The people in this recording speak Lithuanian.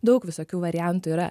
daug visokių variantų yra